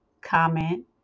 comment